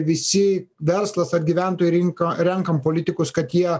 visi verslas ar gyventojų rinka renkam politikus kad jie